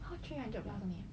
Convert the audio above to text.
!huh! three hundreds plus only ah